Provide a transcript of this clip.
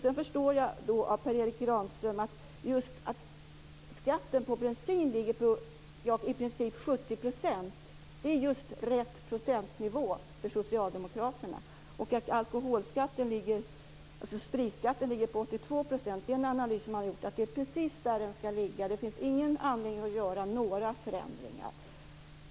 Sedan förstår jag av Per Erik Granströms inlägg att ca 70 % är just rätt procentnivå för Socialdemokraterna när det gäller skatten på bensin. Att spritskatten ligger på 82 % beror på att man har gjort en analys som visat att det är precis där den ska ligga. Det finns ingen anledning att göra några förändringar.